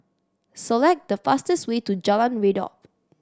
select the fastest way to Jalan Redop